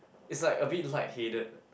it's like a bit light-headed